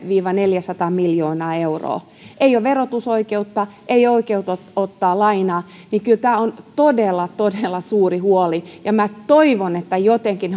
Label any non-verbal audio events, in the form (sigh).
viiva neljäsataa miljoonaa euroa ei ole verotusoikeutta ei oikeutta ottaa lainaa joten kyllä tämä on todella todella suuri huoli ja toivon että jotenkin (unintelligible)